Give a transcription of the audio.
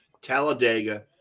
talladega